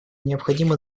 необходимо